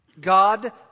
God